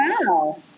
wow